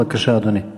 בבקשה, אדוני.